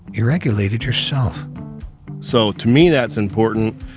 you regulated yourself so to me, that's important,